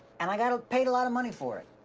and i got paid a lot of money for it.